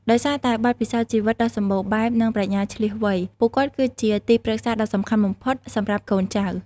ដោយសារតែ បទពិសោធន៍ជីវិតដ៏សម្បូរបែប និងប្រាជ្ញាឈ្លាសវៃ ពួកគាត់គឺជា ទីប្រឹក្សាដ៏សំខាន់បំផុត សម្រាប់កូនចៅ។